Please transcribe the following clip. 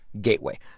gateway